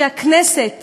שהכנסת